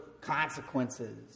consequences